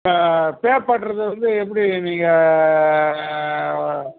பே பண்ணுறது வந்து எப்படி நீங்கள்